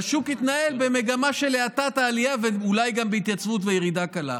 והשוק יתנהל במגמה של האטת העלייה ואולי גם בהתייצבות וירידה קלה.